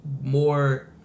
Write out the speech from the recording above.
more